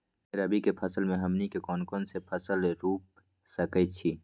रबी फसल में हमनी के कौन कौन से फसल रूप सकैछि?